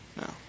No